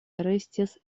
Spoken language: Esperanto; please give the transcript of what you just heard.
restis